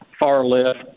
far-left